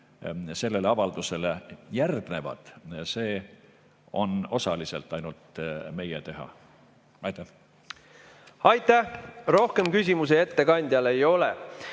sellele avaldusele järgnevad, on ainult osaliselt meie teha. Aitäh! Rohkem küsimusi ettekandjale ei ole.